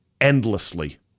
endlessly